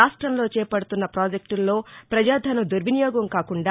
రాష్టంలో చేపడుతున్న పాజెక్టుల్లో ప్రజాధనం దుర్వినియోగం కాకుండా